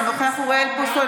אינו נוכח אוריאל בוסו,